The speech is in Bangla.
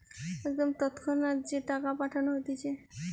একদম তৎক্ষণাৎ যে টাকা পাঠানো হতিছে